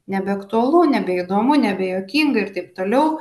nebeaktualu nebeįdomu nebejuokinga ir taip toliau